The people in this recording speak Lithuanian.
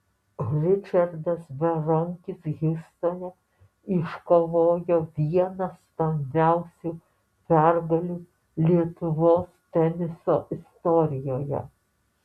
ričardas berankis hjustone iškovojo vieną skambiausių pergalių lietuvos teniso istorijoje